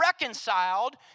reconciled